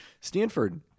Stanford